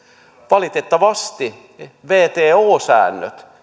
valitettavasti wto säännöt